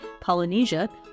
polynesia